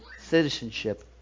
citizenship